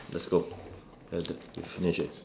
let's go ah done we finish already